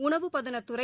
உணவு பதனத்துறை